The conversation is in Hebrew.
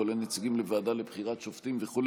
כולל נציגים בוועדה לבחירת שופטים וכו'.